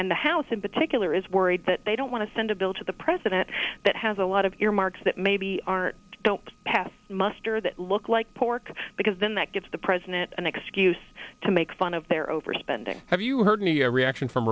and the house in particular is worried that they don't want to send a bill to the president that has a lot of earmarks that maybe aren't don't pass muster that look like pork because then that gives the president an excuse to make fun of their overspending have you heard any reaction from